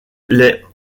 les